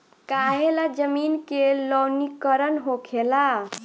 काहें ला जमीन के लवणीकरण होखेला